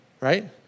Right